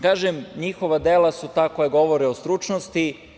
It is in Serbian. Kažem, njihova dela su ta koja govore o stručnosti.